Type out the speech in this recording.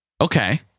Okay